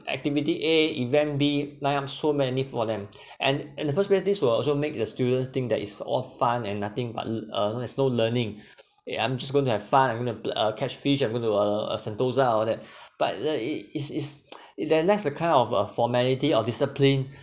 activity a event b name so many for them and in the first place this will also make the students think that it's all fun and nothing but l~ uh there's no learning eh I'm just going to have fun I'm going to uh catch fish I'm going to uh uh sentosa and all that but it a it it's it's it's the next a kind of a formality of discipline